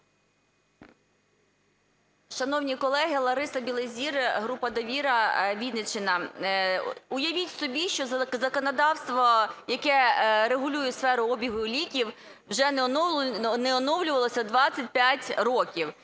Шановні колеги, Лариса Білозір, група "Довіра", Вінниччина. Уявіть собі, що законодавство, яке регулює сферу обігу ліків, вже не оновлювалося 25 років.